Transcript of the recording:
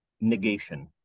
negation